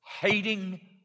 hating